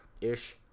Ish